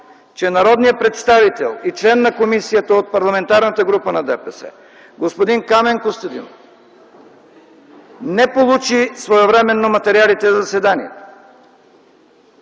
че народният представител и член на комисията от Парламентарната група на ДПС господин Камен Костадинов не получи своевременно материалите за заседанието.